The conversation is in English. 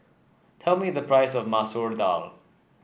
tell me the price of Masoor Dal